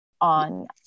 on